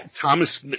Thomas